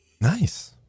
Nice